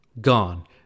gone